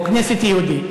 או כנסת יהודית?